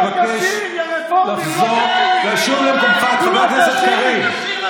אני מבקש לשוב למקומך, חבר הכנסת קריב.